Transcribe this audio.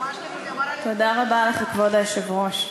כבוד היושב-ראש,